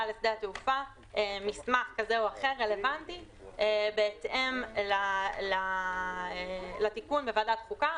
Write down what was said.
לשדה התעופה מסמך כזה או אחר רלוונטי בהתאם לתיקון בוועדת חוקה,